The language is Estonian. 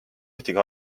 ühtegi